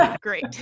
great